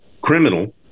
criminal